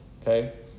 okay